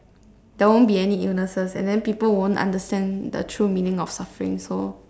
there won't be any illnesses and then people won't understand the true meaning of suffering so